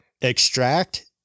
extract